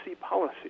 policy